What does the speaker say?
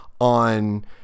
on